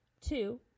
Two